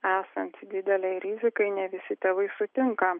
esant didelei rizikai ne visi tėvai sutinka